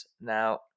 now